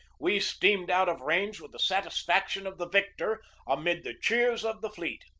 we steamed out of range with the satisfaction of the victor amid the cheers of the fleet.